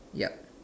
yup